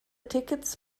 tickets